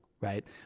Right